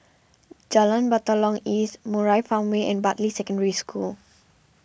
Jalan Batalong East Murai Farmway and Bartley Secondary School